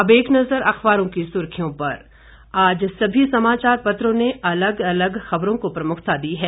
अब एक नजर अखबारों की सुर्खियों पर आज सभी समाचार पत्रों ने अलग अलग खबरों को प्रमुखता दी है